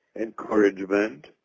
encouragement